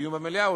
דיון במליאה,